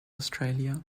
australia